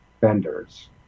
vendors